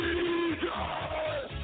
Jesus